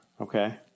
Okay